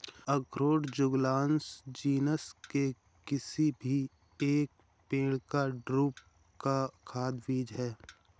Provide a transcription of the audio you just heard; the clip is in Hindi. अखरोट जुगलन्स जीनस के किसी भी पेड़ के एक ड्रूप का खाद्य बीज है